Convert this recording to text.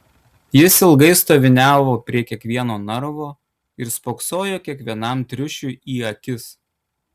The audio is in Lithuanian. jis ilgai stoviniavo prie kiekvieno narvo ir spoksojo kiekvienam triušiui į akis